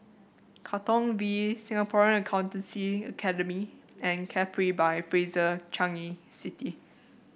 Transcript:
Katong V Singapore Accountancy Academy and Capri by Fraser Changi City